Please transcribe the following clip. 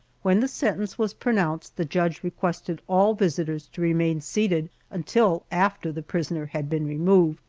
when the sentence was pronounced the judge requested all visitors to remain seated until after the prisoner had been removed,